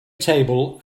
table